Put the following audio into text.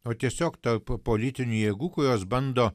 o tiesiog tapo politinių jėgų kurios bando